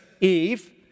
Eve